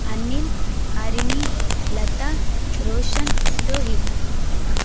Anil Harini Lata Roshan Rohit